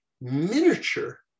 miniature